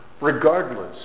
Regardless